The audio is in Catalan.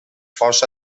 força